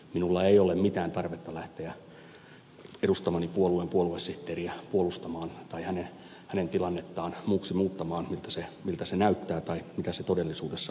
minulla ei ole mitään tarvetta lähteä edustamani puolueen puoluesihteeriä puolustamaan tai hänen tilannettaan muuksi muuttamaan siitä miltä se näyttää tai mitä se todellisuudessa onkaan